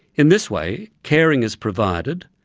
in this way, caring is provided,